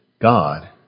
God